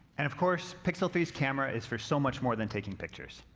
and of course, pixel three s camera is for so much more than taking pictures.